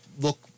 look